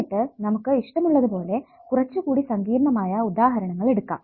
എന്നിട്ട് നമുക്ക് ഇഷ്ടമുള്ളതുപോലെ കുറച്ചു കൂടി സങ്കീർണ്ണമായ ഉദാഹരണങ്ങൾ എടുക്കാം